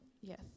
Yes